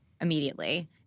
immediately